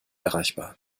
erreichbar